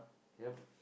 yup